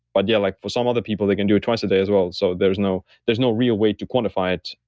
but yeah like for some other people, they can do it twice a day as well. so there's no there's no real way to quantify it.